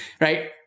right